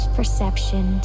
perception